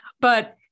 But-